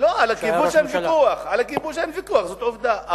לא, על הכיבוש אין ויכוח, זאת עובדה.